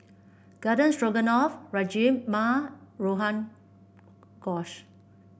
Garden Stroganoff Rajma Rogan Josh